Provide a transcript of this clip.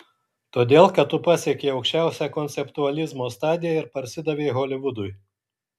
todėl kad tu pasiekei aukščiausią konceptualizmo stadiją ir parsidavei holivudui